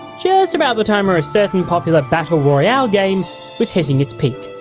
just about the time where a certain popular battle royale game was hitting its peak.